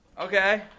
Okay